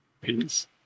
Peace